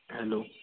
hello